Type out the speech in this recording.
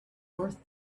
worth